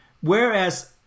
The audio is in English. Whereas